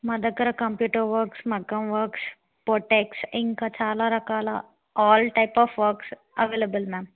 మా దగ్గర computer works మగ్గం వర్క్స్ బోటెక్స్ ఇంకా చాలా రకాల all type of works available ma'am